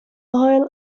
oil